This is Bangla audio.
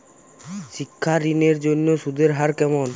শিক্ষা ঋণ এর জন্য সুদের হার কেমন?